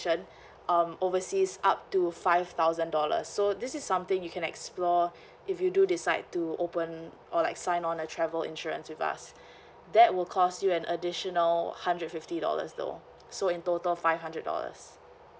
um overseas up to five thousand dollars so this is something you can explore if you do decide to open or like sign on a travel insurance with us that will cost you an additional hundred fifty dollars though so in total five hundred dollars